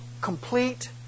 complete